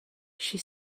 she